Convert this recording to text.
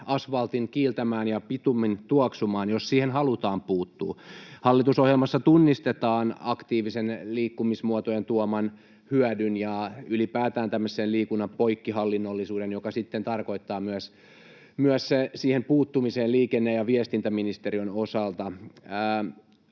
asvaltin kiiltämään ja bitumin tuoksumaan, jos siihen halutaan puuttua. Hallitusohjelmassa tunnistetaan aktiivisten liikkumismuotojen tuoma hyöty ja ylipäätään tämmöinen liikunnan poikkihallinnollisuus, joka sitten tarkoittaa myös siihen puuttumista liikenne- ja viestintäministeriön osalta.